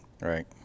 Right